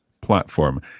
platform